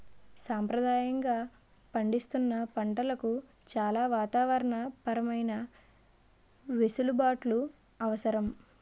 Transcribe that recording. సంప్రదాయంగా పండిస్తున్న పంటలకు చాలా వాతావరణ పరమైన వెసులుబాట్లు అవసరం